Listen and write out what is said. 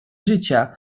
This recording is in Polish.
życia